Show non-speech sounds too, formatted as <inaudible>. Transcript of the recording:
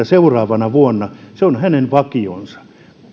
<unintelligible> seuraavana vuonna se on hänen vakionsa